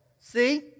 See